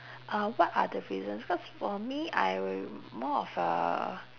uh what are the reasons cause for me I am more of a